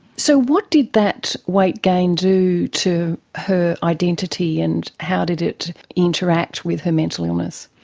so what did that weight gain do to her identity and how did it interact with her mental illness?